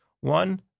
One